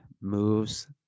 moves